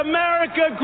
America